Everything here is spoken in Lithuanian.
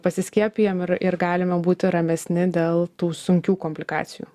pasiskiepijam ir ir galime būti ramesni dėl tų sunkių komplikacijų